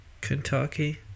Kentucky